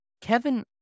Kevin